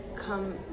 come